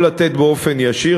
או לתת באופן ישיר,